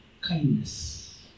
Kindness